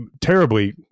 terribly